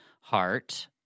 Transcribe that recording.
Heart